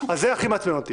זה הכי מעצבן אותי.